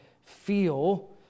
feel